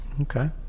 Okay